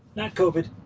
not covid.